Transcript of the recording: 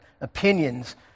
opinions